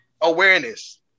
Awareness